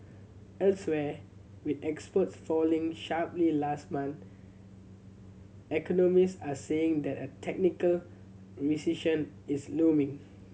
elsewhere with exports falling sharply last month economists are saying that a technical recession is looming